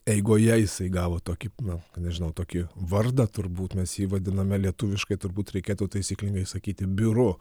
eigoje jisai gavo tokį na nežinau tokį vardą turbūt mes jį vadiname lietuviškai turbūt reikėtų taisyklingai sakyti biuru